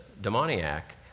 demoniac